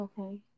Okay